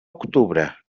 octubre